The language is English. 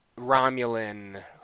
Romulan